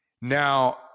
Now